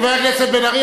חבר הכנסת בן-ארי,